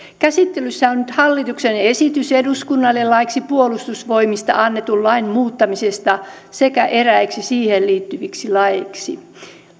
käsittelyssä on nyt hallituksen esitys eduskunnalle laiksi puolustusvoimista annetun lain muuttamisesta sekä eräiksi siihen liittyviksi laeiksi